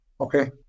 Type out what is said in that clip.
Okay